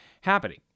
happening